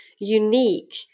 unique